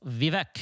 Vivek